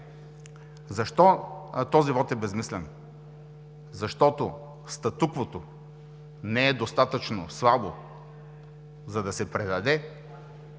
Защо този вот е безсмислен? Защото статуквото не е достатъчно слабо, за да се предаде,